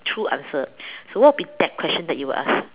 true answer so what would be that question that you would ask